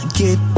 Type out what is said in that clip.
get